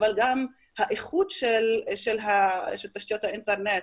אבל גם האיכות של תשתיות האינטרנט.